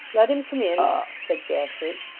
let him come in said gashford.